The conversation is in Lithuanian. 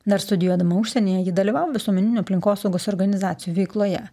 dar studijuodama užsienyje ji dalyvavo visuomeninių aplinkosaugos organizacijų veikloje